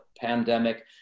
pandemic –